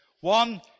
one